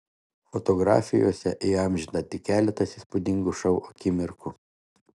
fotografijose įamžinta tik keletas įspūdingo šou akimirkų